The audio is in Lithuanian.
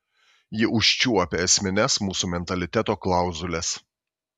ji užčiuopia esmines mūsų mentaliteto klauzules